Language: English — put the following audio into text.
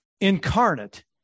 incarnate